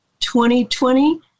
2020